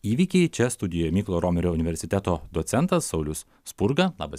įvykiai čia studijuoja mykolo romerio universiteto docentas saulius spurga labas rytas